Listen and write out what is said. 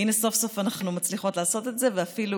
והינה סוף-סוף אנחנו מצליחות לעשות את זה אפילו